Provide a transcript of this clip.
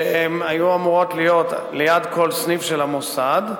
שהיו אמורות להיות ליד כל סניף של המוסד,